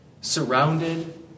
surrounded